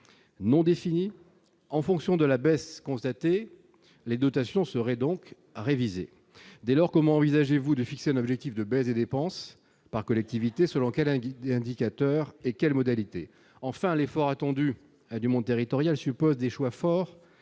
non défini en fonction de la baisse constatée, les dotations serait donc réviser, dès lors, comment envisagez-vous de fixer un objectif de baisse des dépenses par collectivité selon lequel un guide indicateurs et quelles modalités, enfin l'effort attendu du monde territoriale suppose des choix forts